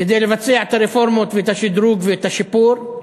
כדי לבצע את הרפורמות, את השדרוג ואת השיפור,